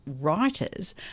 writers